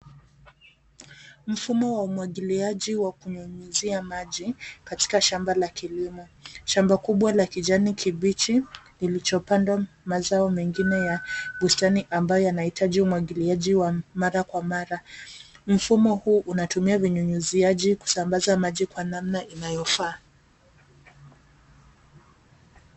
Mfumo wa umwagiliaji wa kunyunyizia maji, katika shamba la kilimo. Shamba kubwa la kijani kibichi, lilichopandwa mazao mengine ya bustani ambayo yanahitaji umwagiliaji wa mara kwa mara. Mfumo huu unatumia vinyunyuziaji kusambaza maji kwa namna inayofaa.